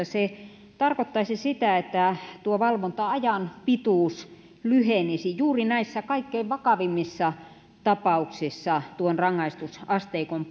se tarkoittaisi sitä että valvonta ajan pituus lyhenisi juuri näissä kaikkein vakavimmissa tapauksissa tuon rangaistusasteikon